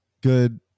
Good